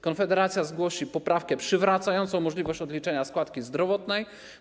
Konfederacja zgłosi poprawkę przywracającą możliwość odliczenia składki zdrowotnej.